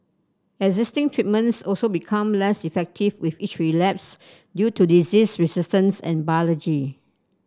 existing treatments also become less effective with each relapse due to disease resistance and biology